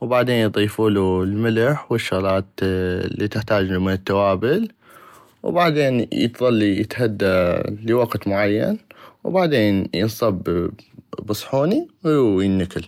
وبعدين يضيفولو الملح وشغلات الي تحتاجلو من التوابل وبعدبن يظل يتهدى لوقت معين وبعدين ينصب بصحوني وينكل.